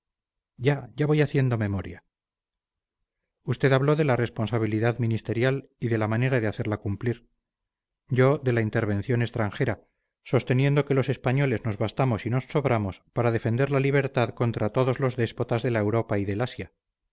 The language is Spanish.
ya ya voy haciendo memoria usted habló de la responsabilidad ministerial y de la manera de hacerla cumplir yo de la intervención extranjera sosteniendo que los españoles nos bastamos y nos sobramos para defender la libertad contra todos los déspotas de la europa y del asia